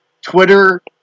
Twitter